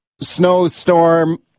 snowstorm